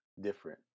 Different